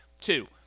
Two